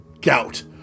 gout